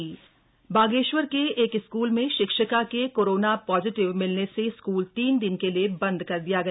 शिक्षिका corona positive Bageshwar के एक स्कूल में शिक्षिका के कोरोना पॉजिटिव मिलने से स्कूल तीन दिन के लिए बंद कर दिया गया